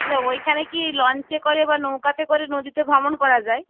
আচ্ছা ওইখানে কি লঞ্চে করে বা নৌকাতে করে নদীতে ভ্রমণ করা যায়